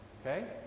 okay